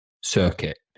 circuit